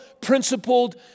principled